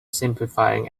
simplifying